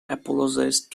apologised